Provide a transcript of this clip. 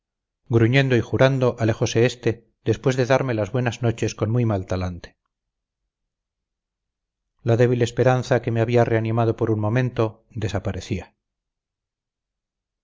gruñendo y jurando alejose este después de darme las buenas noches con muy mal talante la débil esperanza que me había reanimado por un momento desaparecía